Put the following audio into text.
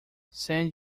send